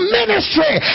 ministry